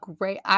great